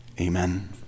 amen